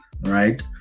right